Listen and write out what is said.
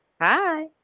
Hi